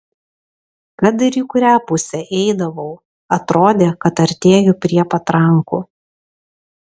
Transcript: kad ir į kurią pusę eidavau atrodė kad artėju prie patrankų